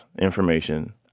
information